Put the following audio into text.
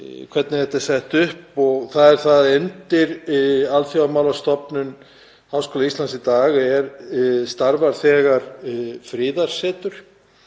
hvernig þetta er sett upp, þ.e. að undir Alþjóðastofnun Háskóla Íslands í dag starfar þegar friðarsetur.